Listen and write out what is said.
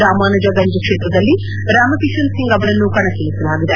ರಾಮಾನುಜಗಂಜ್ ಕ್ಷೇತ್ರದಲ್ಲಿ ರಾಮಕಿಶನ್ ಸಿಂಗ್ ಅವರನ್ನು ಕಣಕ್ಕಿಳಿಸಲಾಗಿದೆ